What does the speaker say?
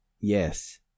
Yes